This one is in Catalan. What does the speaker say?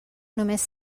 només